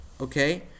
okay